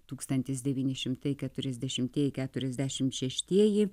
tūkstantis devyni šimtai keturiasdešimtieji keturiasdešimt šeštieji